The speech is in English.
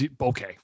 Okay